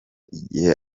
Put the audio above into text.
igihe